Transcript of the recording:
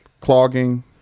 clogging